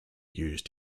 used